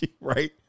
Right